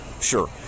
sure